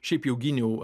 šiaip jau gyniau